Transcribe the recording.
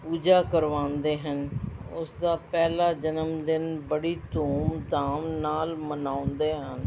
ਪੂਜਾ ਕਰਵਾਉਂਦੇ ਹਨ ਉਸ ਦਾ ਪਹਿਲਾ ਜਨਮ ਦਿਨ ਬੜੀ ਧੂਮ ਧਾਮ ਨਾਲ਼ ਮਨਾਉਂਦੇ ਹਨ